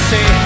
Say